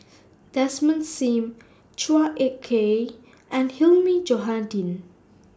Desmond SIM Chua Ek Kay and Hilmi Johandi